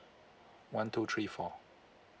one two three four